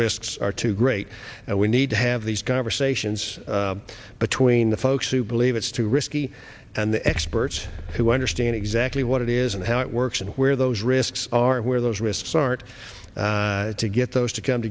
risks are too great and we need to have these conversations between the folks who believe it's too risky and the experts who understand exactly what it is and how it works and where those risks are and where those risks aren't to get those to come